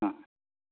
ꯑꯥ